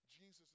Jesus